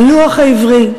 הלוח העברי,